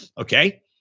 okay